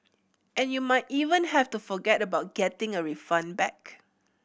and you might even have to forget about getting a refund back